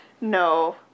No